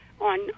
on